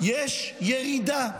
יש ירידה.